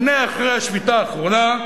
הנה אחרי השביתה האחרונה,